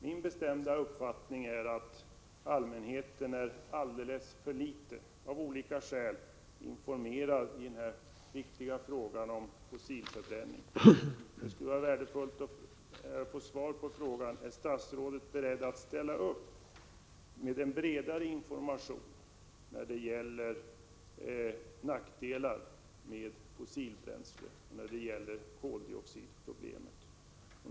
Min bestämda uppfattning är att allmänheten av olika skäl är alldeles för dåligt informerad i den viktiga frågan om fossil förbränning. Det skulle vara värdefullt att få svar på frågan: Är statsrådet beredd att ställa upp med en bredare information när det gäller nackdelar med fossilbränsle och när det gäller koldioxidproblemet?